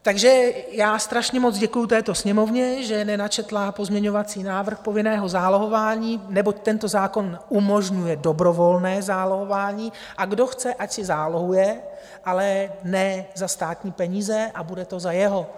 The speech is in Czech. Takže já strašně moc děkuji této Sněmovně, že nenačetla pozměňovací návrh povinného zálohování, neboť tento zákon umožňuje dobrovolné zálohování, a kdo chce, ať si zálohuje, ale ne za státní peníze a bude to za jeho.